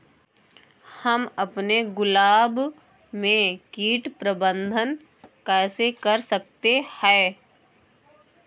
हम अपने गुलाब में कीट प्रबंधन कैसे कर सकते है?